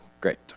great